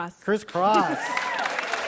Crisscross